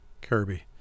Kirby